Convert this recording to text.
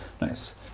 Nice